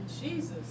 Jesus